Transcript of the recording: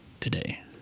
today